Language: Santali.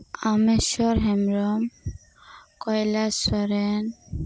ᱟᱢᱮᱥᱥᱚᱨ ᱦᱮᱢᱵᱨᱚᱢ ᱠᱚᱭᱞᱟᱥ ᱥᱚᱨᱮᱱ